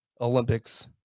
Olympics